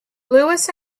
lewis